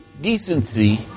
decency